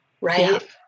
Right